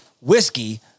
whiskey